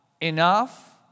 enough